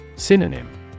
Synonym